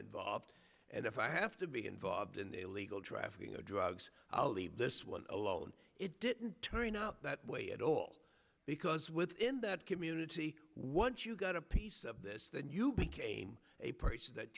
involved and if i have to be involved in the illegal trafficking of drugs i'll leave this one alone it didn't turn out that way at all because within that community once you got a piece of this that you came a price that